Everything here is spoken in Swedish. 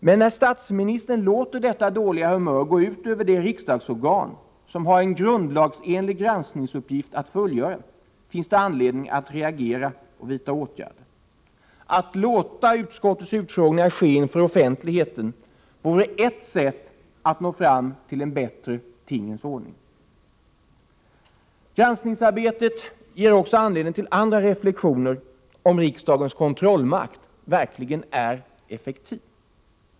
Men när statministern låter detta dåliga humör gå ut över det riksdagsorgan som har en grundlagsenlig granskningsuppgift att fullgöra finns det anledning att reagera och vidta åtgärder. Att låta utskottets utfrågningar ske inför offentligheten vore ett sätt att nå fram till en bättre tingens ordning. Granskningsarbetet ger också anledning till andra reflexioner — om riksdagens kontrollmakt verkligen är effektiv.